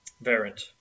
variant